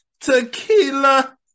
Tequila